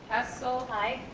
hessel. i.